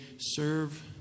serve